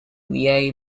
leahy